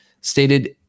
stated